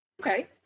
Okay